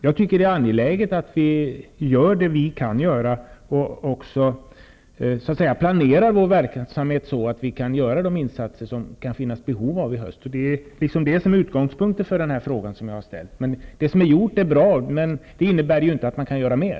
Jag tycker att det är angeläget att vi gör det vi kan göra och att vi planerar vår verksamhet så att vi kan göra de insatser som det kan finnas behov av i höst. Det är utgångspunkten för den fråga jag har ställt. Det som har gjorts är bra. Men det innebär inte att man inte kan göra mer.